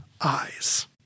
eyes